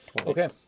Okay